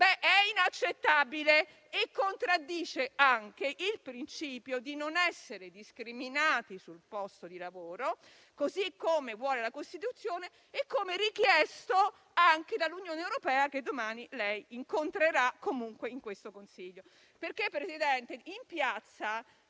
è inaccettabile e contraddice anche il principio di non essere discriminati sul posto di lavoro, così come vuole la Costituzione e come richiesto anche dall'Unione europea, che domani lei incontrerà in questo Consiglio. Presidente, in piazza